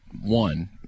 one